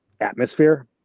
atmosphere